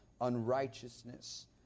Unrighteousness